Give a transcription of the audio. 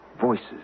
voices